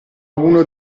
uno